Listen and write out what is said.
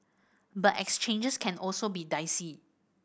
but exchanges can also be dicey